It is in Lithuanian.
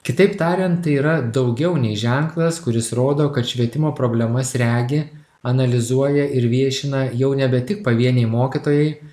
kitaip tariant tai yra daugiau nei ženklas kuris rodo kad švietimo problemas regi analizuoja ir viešina jau nebe tik pavieniai mokytojai